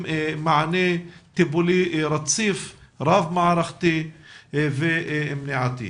מענה טיפולי רציף רב מערכתי ומניעתי.